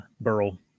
Burl